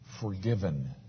forgiven